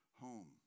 home